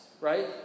right